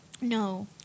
no